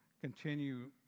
continue